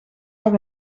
lag